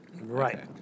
Right